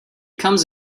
comes